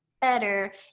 better